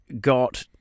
got